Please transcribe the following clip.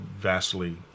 vastly